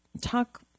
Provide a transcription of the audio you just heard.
Talk